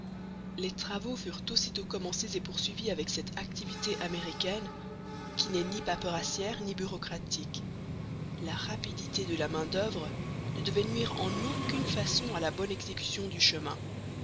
les travaux furent aussitôt commencés et poursuivis avec cette activité américaine qui n'est ni paperassière ni bureaucratique la rapidité de la main-d'oeuvre ne devait nuire en aucune façon à la bonne exécution du chemin